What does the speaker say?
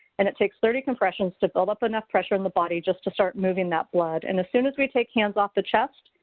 and it takes thirty compressions to build up enough pressure in the body to start moving that blood and as soon as we take hands off the chest,